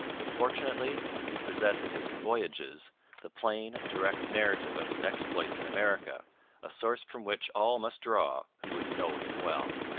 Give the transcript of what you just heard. but fortunately we possess in his voyages the plain, direct narrative of his exploits in america a source from which all must draw who would know him well.